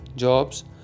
jobs